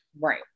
Right